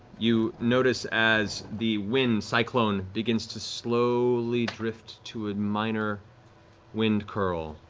you notice as the wind cyclone begins to slowly drift to a minor wind curl.